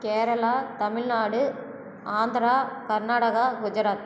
Kerala Tamil Nadu Andhra Karnataka Gujarat